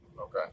Okay